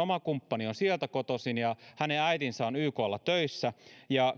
oma kumppanini on viimeksi mainitsemastani maasta mosambikista kotoisin ja hänen äitinsä on yklla töissä